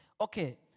Okay